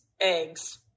eggs